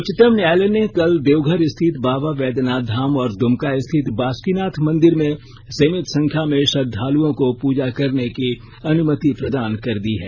उच्चतम न्यायालय ने कल देवघर स्थित बाबा बैद्यनाथ धाम और द्मका स्थित बासुकीनाथ मंदिर में सीमित संख्या में श्रद्वालुओं को प्रजा करने की अनुमति प्रदान कर दी है